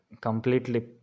completely